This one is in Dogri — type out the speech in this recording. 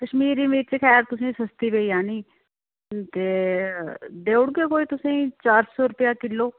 कश्मीरी मिर्च शायद तुसेंगी सस्ती पेई जानी ते देई ओड़गे कोई तुसेंगी चार सौ रपेआ किलो